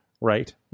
right